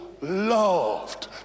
loved